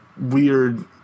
Weird